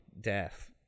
death